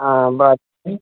हँ बात छै